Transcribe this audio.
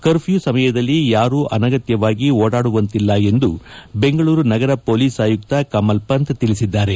curfew ಸಮಯದಲ್ಲಿ ಯಾರೂ ಅನಗತ್ಯವಾಗಿ ಓಡಾಡುವಂತಿಲ್ಲ ಎಂದು ಬೆಂಗಳೂರು ನಗರ ಪೊಲೀಸ್ ಆಯುಕ್ತ ಕಮಲ್ ಪಂಥ್ ತಿಳಿಸಿದ್ದಾರೆ